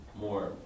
more